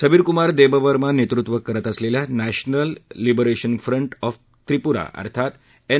सबीर कुमार देबवर्मा नेतृत्व करत असलेल्या नप्रमाल लिबरेशन फ्रंट ऑफ त्रिपुरा अर्थात एन